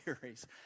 series